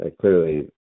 clearly